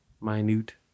minute